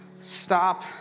Stop